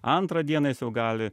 antrą dieną jis jau gali